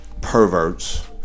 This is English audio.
perverts